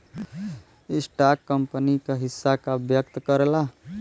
stock company क हिस्सा का व्यक्त करला